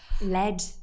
lead